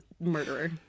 murderer